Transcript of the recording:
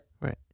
Right